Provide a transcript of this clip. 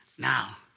Now